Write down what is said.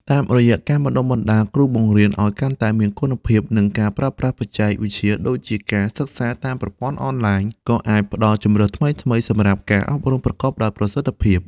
តាមរយៈការបណ្តុះបណ្តាលគ្រូបង្រៀនឱ្យកាន់តែមានគុណភាព និងការប្រើប្រាស់បច្ចេកវិទ្យាដូចជាការសិក្សាតាមប្រព័ន្ធអនឡាញ ក៏អាចផ្តល់ជម្រើសថ្មីៗសម្រាប់ការអប់រំប្រកបដោយប្រសិទ្ធភាព។